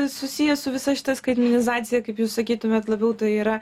susiję su visa šita skaitmenizacija kaip jūs sakytumėt labiau tai yra